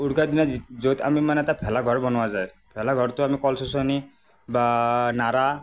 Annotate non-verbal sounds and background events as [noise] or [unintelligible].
উৰুকা দিনা য'ত আমি মানে তাত ভেলাঘৰ বনোৱা যায় ভেলাঘৰটো আমি কল [unintelligible] বা নৰা